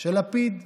של לפיד?